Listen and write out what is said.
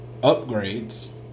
upgrades